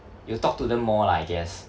you'll talk to them more lah I guess